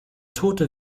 tote